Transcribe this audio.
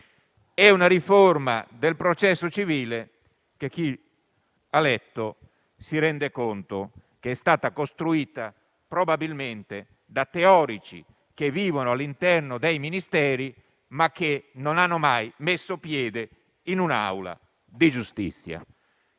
e una riforma del processo civile che, chi ha letto, si rende conto che è stata costruita probabilmente da teorici che vivono all'interno dei Ministeri, ma che non hanno mai messo piede in un'aula di giustizia.